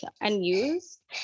unused